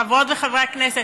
חברות וחברי הכנסת,